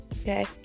Okay